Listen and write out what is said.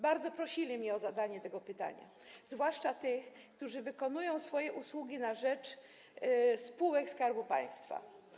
Bardzo prosili mnie o zadanie tego pytania, zwłaszcza ci, którzy wykonują usługi na rzecz spółek Skarby Państwa.